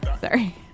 Sorry